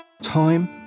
time